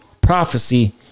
prophecy